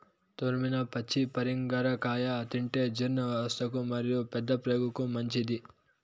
తురిమిన పచ్చి పరింగర కాయ తింటే జీర్ణవ్యవస్థకు మరియు పెద్దప్రేగుకు మంచిది